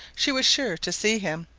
she was sure to see him.